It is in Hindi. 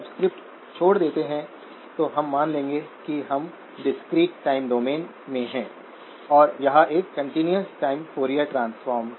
RLvi है जो 4 volts 5 vi है और कुल drain current IDID0gmvi200 μA 200 μSvi है